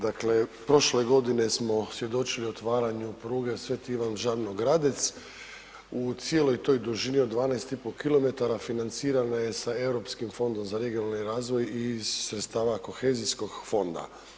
Dakle, prošle godine smo svjedočili otvaranju pruge Sv.Ivan Žabno – Gradec u cijeloj toj dužni od 12,5 km financirana je sa Europskim fondom za regionalni razvoj i iz sredstava Kohezijskog fonda.